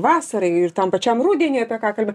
vasarą ir tam pačiam rudenį apie ką kalbam